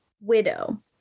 widow